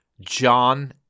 John